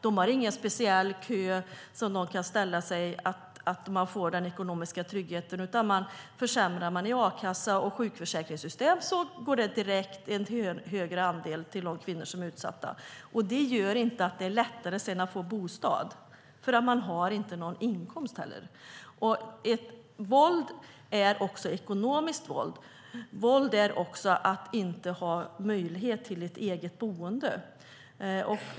De har ingen speciell kö som de kan ställa sig i för att få ekonomisk trygghet, utan försämrar man i a-kassa och sjukförsäkringssystem drabbar det i stor utsträckning de kvinnor som är utsatta för våld. Det gör det inte lättare för dem att få bostad, för de har ingen inkomst. Våld är också ekonomiskt våld. Våld är att inte ha möjlighet till ett eget boende.